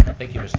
thank you